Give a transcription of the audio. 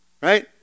right